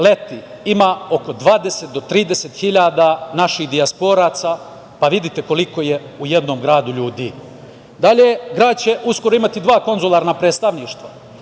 leti ima oko 20 do 30 hiljada naših dijasporaca, pa vidite koliko je u jednom gradu ljudi. Dalje, grad će uskoro imati dva konzularna predstavništva.